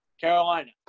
Carolina